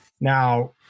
now